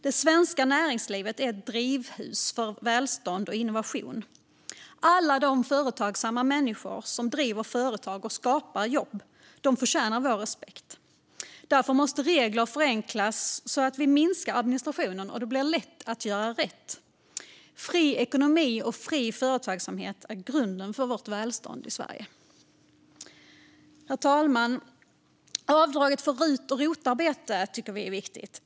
Det svenska näringslivet är ett drivhus för välstånd och innovation. Alla de företagsamma människor som driver företag och skapar jobb förtjänar vår respekt. Därför måste regler förenklas så att vi minskar administrationen och det blir lätt att göra rätt. Fri ekonomi och fri företagsamhet är grunden för vårt välstånd i Sverige. Herr talman! Avdraget för rut och rotarbete tycker vi är viktigt.